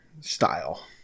style